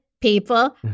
people